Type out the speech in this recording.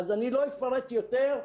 אני לא אפרט יותר.